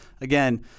again